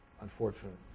unfortunate